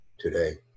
today